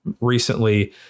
recently